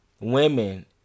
women